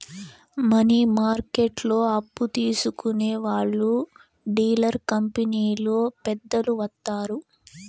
money మార్కెట్లో అప్పు తీసుకునే వాళ్లు డీలర్ కంపెనీలో పెద్దలు వత్తారు